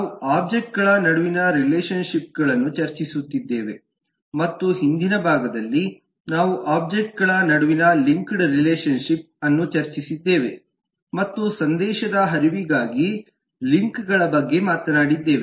ನಾವು ಒಬ್ಜೆಕ್ಟ್ಗಳ ನಡುವಿನ ರಿಲೇಶನ್ ಶಿಪ್ಸ್ಗಳನ್ನು ಚರ್ಚಿಸುತ್ತಿದ್ದೇವೆ ಮತ್ತು ಹಿಂದಿನ ಭಾಗದಲ್ಲಿ ನಾವು ಒಬ್ಜೆಕ್ಟ್ಗಳ ನಡುವಿನ ಲಿಂಕ್ಡ್ ರಿಲೇಶನ್ ಶಿಪ್ಸ್ ಅನ್ನು ಚರ್ಚಿಸಿದ್ದೇವೆ ಮತ್ತು ಸಂದೇಶದ ಹರಿವಿಗಾಗಿ ಲಿಂಕ್ಗಳ ಬಗ್ಗೆ ಮಾತನಾಡಿದ್ದೇವೆ